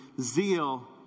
Zeal